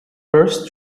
first